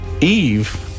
Eve